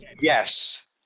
Yes